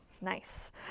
Nice